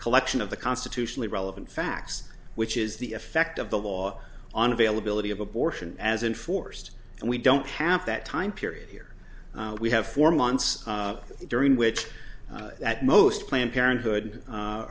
collection of the constitutionally relevant facts which is the effect of the law on availability of abortion as enforced and we don't have that time period here we have four months during which that most planned parenthood